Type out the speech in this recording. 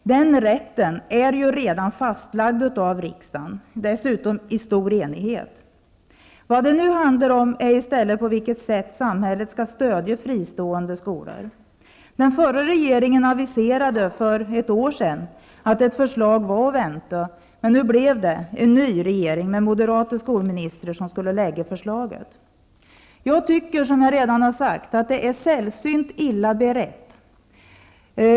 Den rätten är redan fastlagd av riksdagen, dessutom i stor enighet. Vad det nu handlar om är i stället på vilket sätt samhället skall stödja fristående skolor. Den förra regeringen aviserade för ett år sedan att ett förslag var att vänta. Det blev nu en ny regering med moderata skolministrar som skulle lägga förslaget. Jag tycker, som jag redan har sagt, att ärendet är sällsynt illa berett.